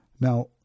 Now